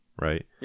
right